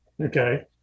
okay